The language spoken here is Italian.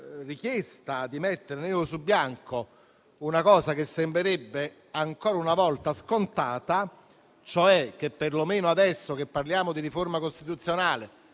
richiesta di mettere nero su bianco una cosa che sembrerebbe ancora una volta scontata, ossia che, perlomeno adesso che parliamo di riforma costituzionale,